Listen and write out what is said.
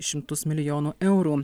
šimtus milijonų eurų